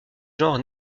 genre